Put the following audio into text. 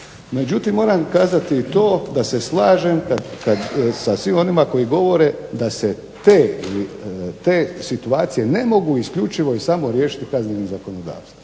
Međutim, moram kazati i to da se slažem sa svim onima koji govore da se te situacije ne mogu isključivo i samo riješiti kaznenim zakonodavstvom.